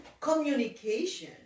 communication